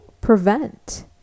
prevent